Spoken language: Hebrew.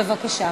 בבקשה.